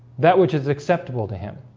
that which is acceptable to him.